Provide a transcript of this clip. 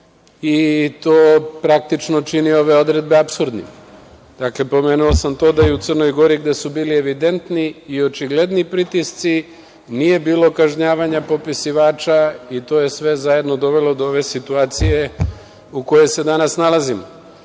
To praktično čini ove odredbe apsurdnim. Pomenuo sam to da i u Crnoj Gori, gde su bili evidentni i očigledni pritisci, nije bilo kažnjavanja popisivača i to je sve zajedno dovelo do ove situacije u kojoj se danas nalazimo. Vi